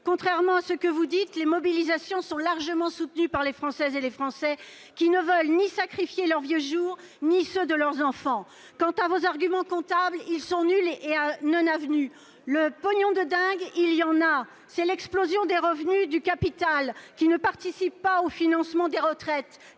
Contrairement à ce que vous dites, les mobilisations sont largement soutenues par les Françaises et les Français, qui ne veulent sacrifier ni leurs vieux jours ni ceux de leurs enfants. Quant à vos arguments comptables, ils sont nuls et non avenus. Le « pognon de dingue » existe : c'est l'explosion des revenus du capital, qui ne participe pas au financement des retraites.